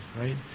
right